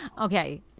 Okay